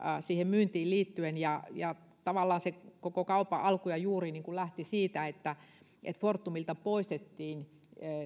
siihen myyntiin liittyen tavallaan se koko kaupan alku ja juuri lähti siitä että että fortumilta poistettiin